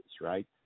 right